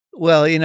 well, you know